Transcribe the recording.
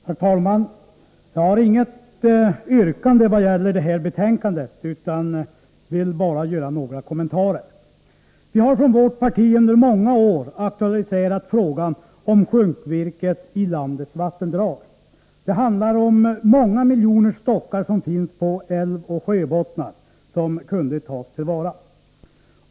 Herr talman! Jag har inget yrkande när det gäller detta betänkande utan vill bara göra några kommentarer. Vi har från vårt parti under många år tagit upp frågan om sjunkvirket i landets vattendrag. Det handlar om många miljoner stockar som finns på älvoch sjöbottnar och som kunde tas till vara.